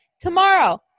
Tomorrow